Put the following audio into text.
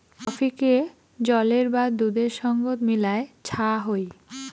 কফিকে জলের বা দুধের সঙ্গত মিলায় ছা হই